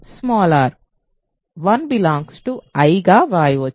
1 I గా వ్రాయవచ్చు